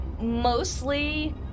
mostly